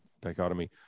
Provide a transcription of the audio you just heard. dichotomy